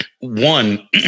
one